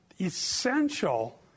essential